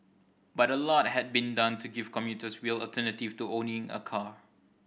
but a lot had been done to give commuters real alternatives to owning a car